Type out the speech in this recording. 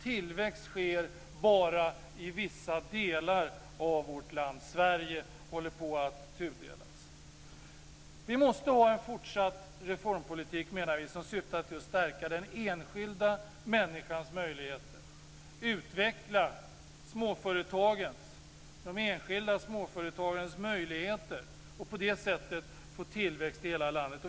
Tillväxt sker bara i vissa delar av vårt land. Sverige håller på att tudelas. Vi menar att vi måste ha en fortsatt reformpolitik som syftar till att stärka den enskilda människans möjligheter och utveckla de enskilda småföretagens möjligheter. På det sättet kan vi skapa tillväxt i hela landet.